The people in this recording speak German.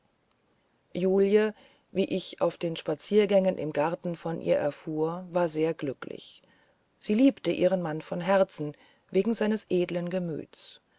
julie wie ich auf den spaziergängen im garten von ihr erfuhr war sehr glücklich sie liebte ihren mann von herzen wegen seines edeln gemütes